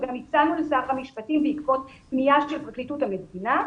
וגם הצענו לשר המשפטים בעקבות פנייה של פרקליטות המדינה,